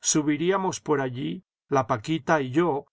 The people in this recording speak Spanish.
subiríamos por allí la paquita y yo